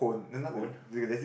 cone